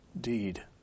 deed